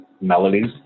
melodies